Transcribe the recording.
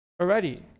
already